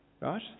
right